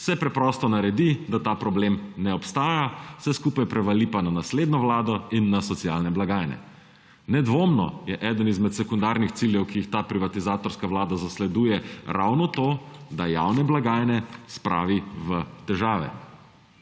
se preprosto naredi, da ta problem ne obstaja, vse skupaj prevali pa na naslednjo vlado in na socialne blagajne. Nedvomno je eden izmed sekundarnih ciljev, ki jih ta privatizatorska vlada zasleduje, ravno to, da javne blagajne spravi v težave.